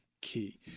key